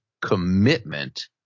commitment